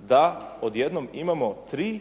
da odjednom imamo tri